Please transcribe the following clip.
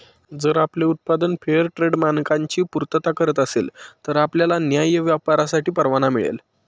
जर आपले उत्पादन फेअरट्रेड मानकांची पूर्तता करत असेल तर आपल्याला न्याय्य व्यापारासाठी परवाना मिळेल